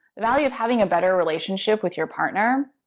value of having a better relationship with your partner,